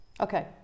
Okay